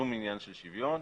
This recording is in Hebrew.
עניין של שוויון.